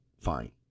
Fine